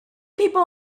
people